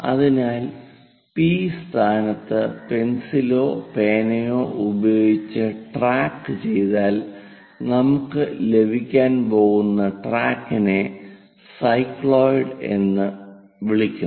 അതിനാൽ പി സ്ഥാനത്ത് പെൻസിലോ പേനയോ ഉപയോഗിച്ച് ട്രാക്കു ചെയ്താൽ നമുക്ക് ലഭിക്കാൻ പോകുന്ന ട്രാക്കിനെ സൈക്ലോയിഡ് എന്ന് വിളിക്കുന്നു